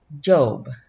Job